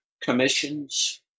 commissions